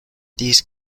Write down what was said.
these